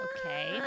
Okay